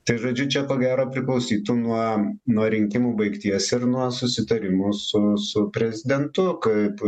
tikrai žodžiu čia ko gero priklausytų nuo nuo rinkimų baigties ir nuo susitarimų su su prezidentu kaip